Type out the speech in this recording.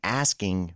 asking